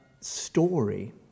story